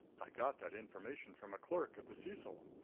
i got that information from a clerk at the cecil.